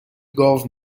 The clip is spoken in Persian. گاو